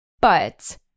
but-